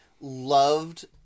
loved